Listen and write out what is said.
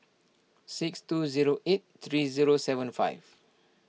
six two zero eight three zero seven five